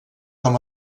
com